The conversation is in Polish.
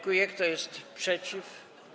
Kto jest przeciw?